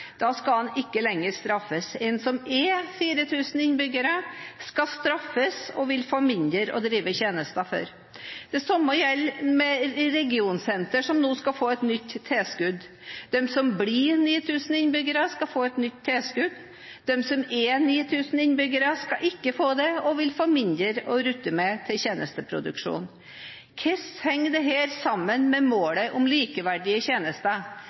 Da skal den ikke lenger straffes. En kommune med 4 000 innbyggere skal straffes og vil få mindre å drive tjenester for. Det samme gjelder regionsenter, som nå skal få et nytt tilskudd. De som blir på 9 000 innbyggere, skal få et nytt tilskudd, de som har 9 000 innbyggere, skal ikke få det og vil få mindre å rutte med til tjenesteproduksjon. Hvordan henger dette sammen med målet om likeverdige tjenester?